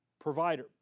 provider